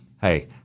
Hey